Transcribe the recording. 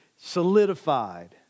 solidified